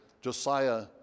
Josiah